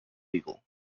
eagle